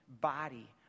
body